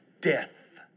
death